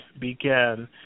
began